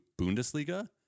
Bundesliga